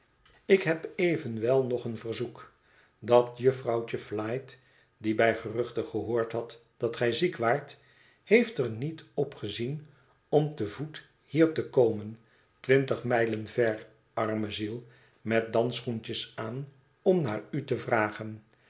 ik heb evenwel nog een verzoek dat jufvrouwtje flite die bij geruchte gehoord had dat gij ziek waart heeft er niet op gezien om te voet hier te komen twintig mijlen ver arme ziel met dansschoentjes aan om naar u te vragen